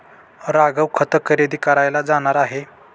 राघव खत खरेदी करायला जाणार आहे